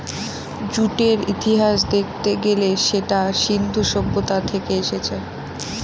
জুটের ইতিহাস দেখতে গেলে সেটা সিন্ধু সভ্যতা থেকে এসেছে